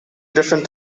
different